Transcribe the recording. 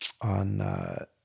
on